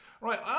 Right